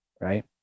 Right